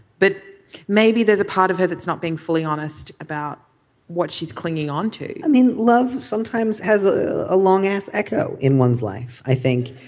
but maybe there's a part of her that's not being fully honest about what she's clinging on i mean, love sometimes has a long ass echo in one's life, i think.